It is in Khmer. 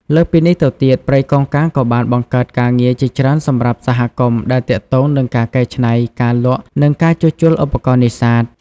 លើសពីនេះទៀត ព្រៃកោងកាងក៏បានបង្កើតការងារជាច្រើនសម្រាប់សហគមន៍ដែលទាក់ទងនឹងការកែច្នៃ ការលក់ និងការជួសជុលឧបករណ៍នេសាទ។